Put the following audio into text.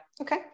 okay